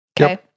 Okay